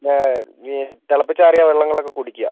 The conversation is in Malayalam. പിന്നെ തിളപ്പിച്ചാറിയ വെള്ളങ്ങളൊക്കെ കുടിക്കുക